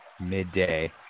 Midday